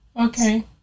Okay